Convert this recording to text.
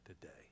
today